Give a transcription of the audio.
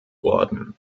orden